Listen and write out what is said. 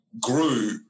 grew